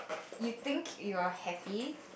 you think you are happy